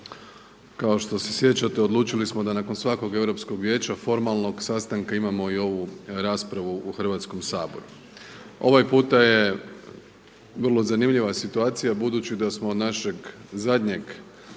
kao što se sjećate odlučili smo da nakon svakog Europskog vijeća formalnog sastanka imamo i ovu raspravu u Hrvatskom saboru. Ovaj puta je vrlo zanimljiva situacija budući da smo od našeg zadnjeg